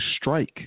strike